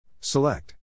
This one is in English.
Select